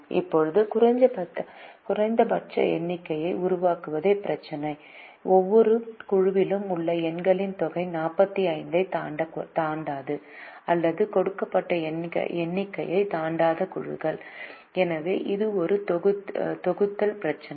இப்போது குறைந்தபட்ச எண்ணிக்கையை உருவாக்குவதே பிரச்சினை ஒவ்வொரு குழுவிலும் உள்ள எண்களின் தொகை 45 ஐத் தாண்டாது அல்லது கொடுக்கப்பட்ட எண்ணிக்கையை தாண்டாத குழுக்கள் எனவே இது ஒரு தொகுத்தல் பிரச்சினை